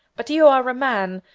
but you are a man,